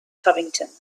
covington